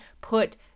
put